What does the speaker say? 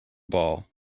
ball